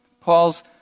Paul's